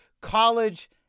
college